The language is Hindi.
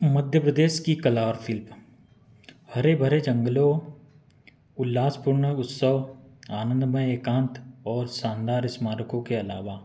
मध्य प्रदेश की कला और शिल्प हरे भरे जंगलों उल्लासपूर्ण उत्सव आनंदमय एकांत और शानदार स्मारकों के अलावा